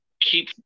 keep